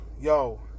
yo